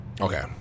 Okay